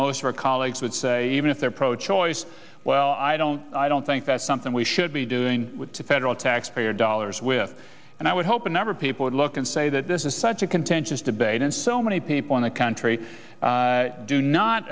most of our colleagues would say even if they're pro choice well i don't i don't think that's something we should be doing federal taxpayer dollars with and i would hope a number of people would look and say that this is such a contentious debate and so many people in the country do not